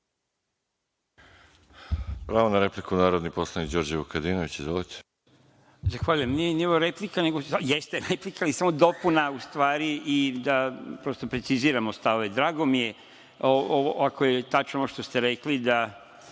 Pravo na repliku, narodni poslanik Đorđe Vukadinović. Izvolite.